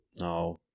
No